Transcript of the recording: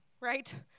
right